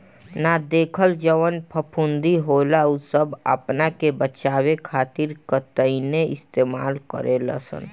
ना देखल जवन फफूंदी होला उ सब आपना के बचावे खातिर काइतीने इस्तेमाल करे लसन